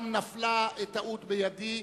אולם נפלה טעות בידי.